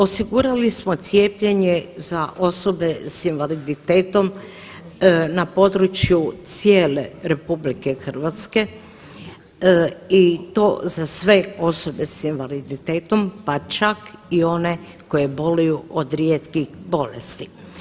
Osigurali smo cijepljene za osobe s invaliditetom na području RH i to za sve osobe s invaliditetom, pa čak i one koje boluju od rijetkih bolesti.